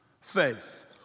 faith